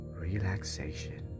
relaxation